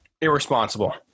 irresponsible